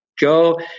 go